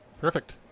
Perfect